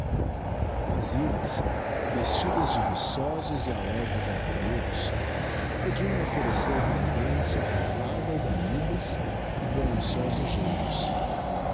as ilhas vestidas de viçosos e alegres arvoredos podiam offerecer residência a fadas amigas e bonançosos génios